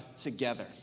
together